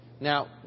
Now